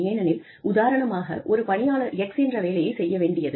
ஏனெனில் உதாரணமாக ஒரு பணியாளர் X என்ற வேலையைச் செய்ய வேண்டியது